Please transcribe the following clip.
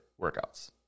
workouts